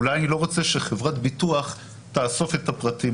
אולי אני לא רוצה שחברת ביטוח תאסוף את הפרטים